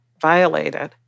violated